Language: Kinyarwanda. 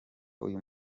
uyu